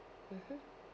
mmhmm